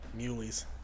Muleys